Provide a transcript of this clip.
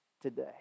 today